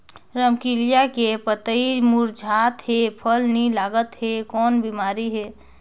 रमकलिया के पतई मुरझात हे फल नी लागत हे कौन बिमारी हे?